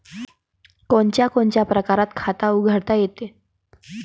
कोनच्या कोनच्या परकारं खात उघडता येते?